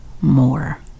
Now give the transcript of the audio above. more